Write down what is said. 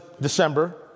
December